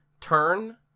Turn